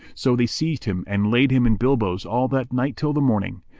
so they seized him and laid him in bilboes all that night till the morning,